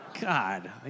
God